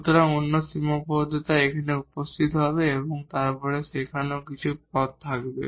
সুতরাং অন্য সীমাবদ্ধতায় এখানে উপস্থিত হবে এবং তারপরে সেখানে আরও কিছু টার্ম থাকবে